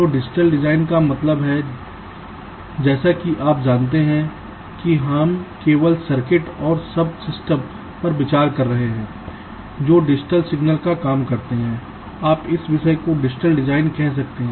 तो digital design का मतलब है जैसा कि आप जानते हैं कि हम केवल सर्किट और सब सिस्टम्स पर विचार कर रहे हैं जो डिजिटल सिग्नल पर काम करते हैं आप इस विषय को डिजिटल डिजाइन कह सकते हैं